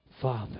Father